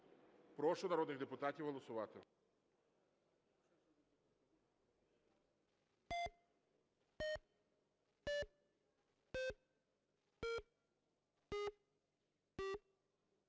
Прошу народних депутатів голосувати.